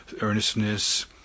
earnestness